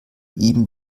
ihm